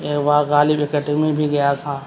ایک بار غالب اکیڈمی بھی گیا تھا